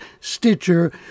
Stitcher